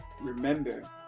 remember